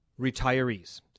retirees